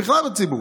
בכלל בציבור,